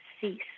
cease